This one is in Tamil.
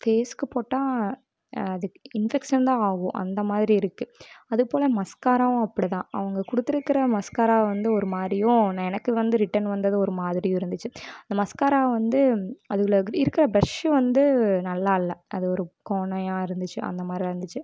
ஃபேஸ்க்கு போட்டால் அது இன்பெக்க்ஷன் தான் ஆகும் அந்த மாதிரி இருக்கு அது போல மஸ்க்காராவும் அப்டி தான் அவங்க கொடுத்துருக்குற மஸ்க்காரா வந்து ஒரு மாதிரியும் எனக்கு வந்து ரிட்டன் வந்தது ஒரு மாதிரியும் இருந்துச்சு அந்த மஸ்க்காராவை வந்து அதில் இருக்கிற ப்ரஷ் வந்து நல்லால்ல அது ஒரு கோணையாக இருந்துச்சு அந்த மாரி இருந்துச்சு